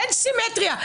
אין סימטריה.